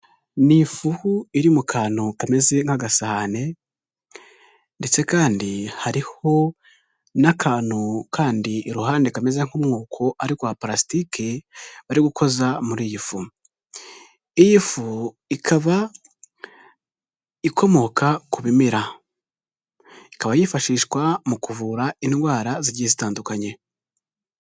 Ni ifuhu iri mu kantu kameze nk'agasahane ndetse kandi hariho n'akantu kandi iruhande kameze nk'umwuko ariko wa palastike bari gukoza muri iyi fu, iyi fu ikaba ikomoka ku bimera ikaba yifashishwa mu kuvura indwara zigiye zitandukanye.